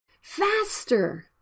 Faster